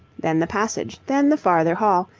then the passage, then the farther hall,